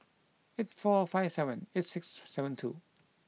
eight four five seven eight six seven two